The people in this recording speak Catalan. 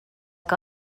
que